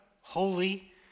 Holy